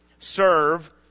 serve